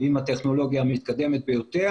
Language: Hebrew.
עם הטכנולוגיה המתקדמת ביותר,